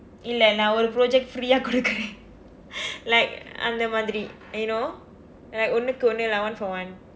இல்லை நான் ஒரு:illai naan oru project free ah கொடுக்கிறேன்:kodukkireen like அந்த மாதிரி:andtha maathiri you know like ஒன்னுக்கு ஒன்னு:onnukku onnu lah one for one